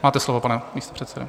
Máte slovo, pane místopředsedo.